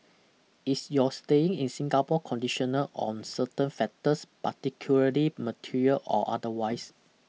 is your staying in Singapore conditional on certain factors particularly material or otherwise